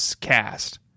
cast